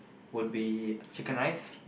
would be chicken rice